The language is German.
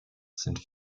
sind